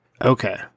Okay